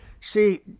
See